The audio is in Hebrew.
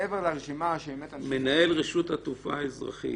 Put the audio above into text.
מעבר לרשימה --- מנהל רשות התעופה האזרחית.